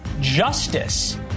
justice